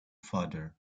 father